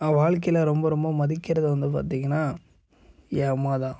நான் வாழ்க்கையில் ரொம்ப ரொம்ப மதிக்கிறது வந்து பார்த்திங்கனா என் அம்மாதான்